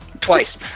Twice